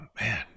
man